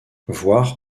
voir